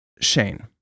Shane